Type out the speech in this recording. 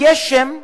ויש שם,